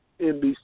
NBC